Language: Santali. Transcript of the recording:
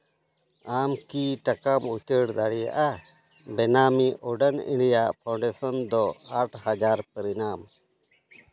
ᱟᱢ ᱠᱤ ᱴᱟᱠᱟᱢ ᱩᱪᱟᱹᱲ ᱫᱟᱲᱮᱭᱟᱜᱼᱟ ᱵᱮᱱᱟᱹᱢᱤ ᱩᱰᱟᱹᱱ ᱤᱱᱰᱤᱭᱟ ᱯᱷᱟᱣᱩᱱᱰᱮᱥᱚᱱ ᱫᱚ ᱟᱴ ᱦᱟᱡᱟᱨ ᱯᱚᱨᱤᱱᱟᱢ